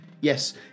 Yes